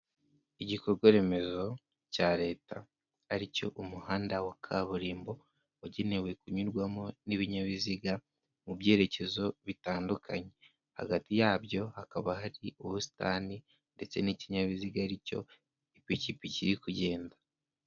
Igikorwa remezo cya leta ari cyo umuhanda wa kaburimbo, wagenewe kunyurwamo n'ibinyabiziga mu byerekezo bitandukanye, hagati yabyo hakaba hari ubusitani ndetse n'ikinyabiziga ari cyo ipikipiki iri kugenda.